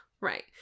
Right